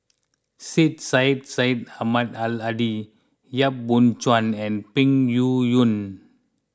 Syed Sheikh Syed Ahmad Al Hadi Yap Boon Chuan and Peng Yuyun